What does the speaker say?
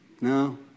No